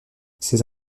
ses